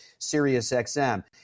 SiriusXM